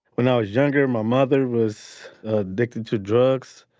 when i was younger, my mother was addicted to drugs.